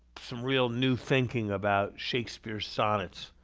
some real new thinking about shakespeare's sonnets,